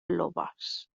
lobos